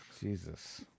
Jesus